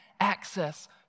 access